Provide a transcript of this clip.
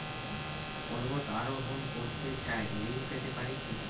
পর্বত আরোহণ করতে চাই ঋণ পেতে পারে কি?